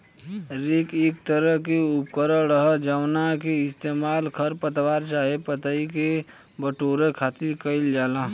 rake एक तरह के उपकरण ह जावना के इस्तेमाल खर पतवार चाहे पतई के बटोरे खातिर कईल जाला